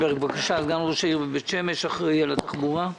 סגן ראש העיר בית שמש ואחראי על התחבורה,